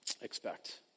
expect